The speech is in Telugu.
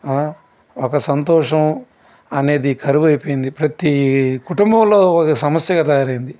ఒక సంతోషం అనేది కరువైపోయింది ప్రతి కుటుంబంలో ఒక సమస్యగా తయారు అయ్యింది